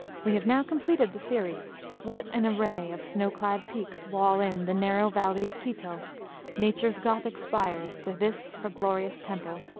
we have now completed the series. what an array of snow-clad peaks wall in the narrow valley of quito nature's gothic spires to this her glorious temple!